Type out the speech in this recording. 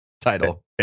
Title